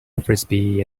frisbee